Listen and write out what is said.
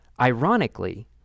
ironically